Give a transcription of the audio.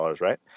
right